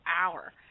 hour